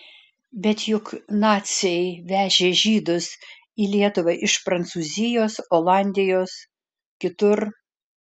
bet juk naciai vežė žydus į lietuvą iš prancūzijos olandijos kitur